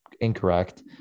incorrect